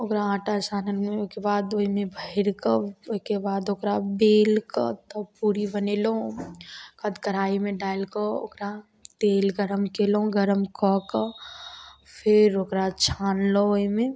ओकरा आटा सानलहुँ ओइके बाद ओइमे भरिकऽ ओइके बाद ओकरा बेलकऽ तब पूरी बनेलहुँ ओकरा बाद कराहीमे डालिकऽ ओकरा तेल गरम कयलहुँ गरम कऽ कऽ फेर ओकरा छानलहुँ ओइमे